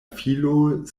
filo